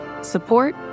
support